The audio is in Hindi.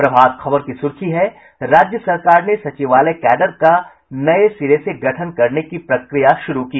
प्रभात खबर की सुर्खी है राज्य सरकार ने सचिवालय कैडर का नये सिरे से गठन करने की प्रक्रिया शुरू की